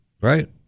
right